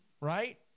right